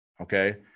okay